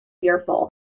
fearful